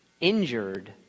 injured